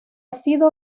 sido